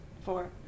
Four